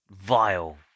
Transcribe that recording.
vile